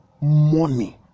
money